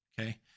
okay